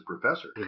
professor